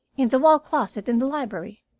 in the wall-closet in the library.